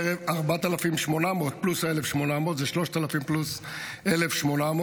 4,800. 4,800, פלוס ה-1,800, זה 3,000 פלוס 1,800,